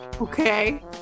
Okay